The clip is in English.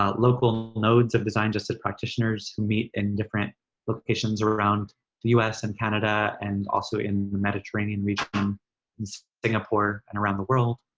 ah local nodes of design justice practitioners who meet in different locations around the u s. and canada and also in the mediterranean region. in singapore and around the world.